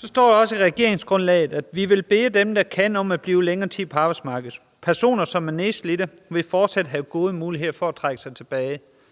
Så står der også i regeringsgrundlaget: »Vi vil bede dem, der kan, om at blive lidt længere tid på arbejdsmarkedet. Personer, som er nedslidte, vil fortsat have gode muligheder for at trække sig tilbage«